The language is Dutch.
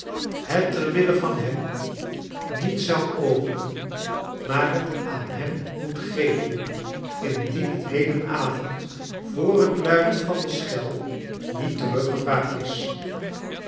het terwille van hem niet zou openen maar het aan hem moet geven indien het heden avond voor het luiden van de schel niet teruggevraagd is